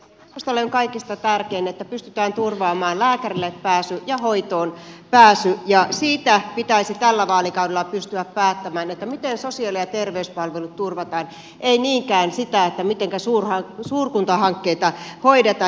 keskustalle on kaikista tärkeintä että pystytään turvaamaan lääkärille pääsy ja hoitoon pääsy ja siitä pitäisi tällä vaalikaudella pystyä päättämään miten sosiaali ja terveyspalvelut turvataan ei niinkään siitä mitenkä suurkuntahankkeita hoidetaan